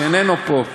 שאיננו פה,